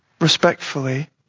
respectfully